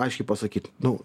aiškiai pasakyt nu